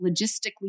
logistically